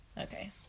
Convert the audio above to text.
Okay